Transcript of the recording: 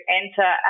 enter